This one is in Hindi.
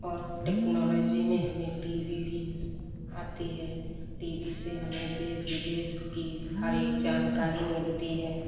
और टेक्नोलोजी में हमें टी वी भी आती है टी वी से हमें देश विदेश की हर एक जानकारी मिलती है